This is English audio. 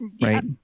right